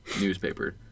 newspaper